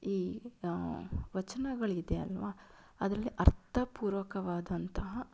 ಈ ವಚನಗಳು ಇದೆ ಅಲ್ವಾ ಅದರಲ್ಲಿ ಅರ್ಥ ಪೂರ್ವಕವಾದಂತಹ